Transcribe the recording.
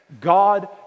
God